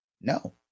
no